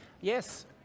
Yes